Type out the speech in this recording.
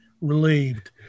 relieved